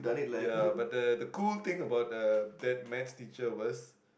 ya but the the cool thing about uh that maths teacher was